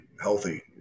healthy